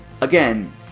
Again